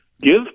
give